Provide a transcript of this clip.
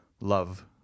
love